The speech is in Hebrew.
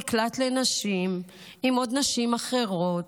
במקלט לנשים, עם עוד נשים אחרות,